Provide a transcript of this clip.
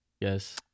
Yes